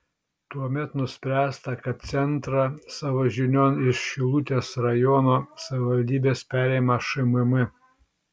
tuomet nuspręsta kad centrą savo žinion iš šilutės rajono savivaldybės perima šmm